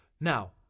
Now